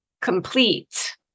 complete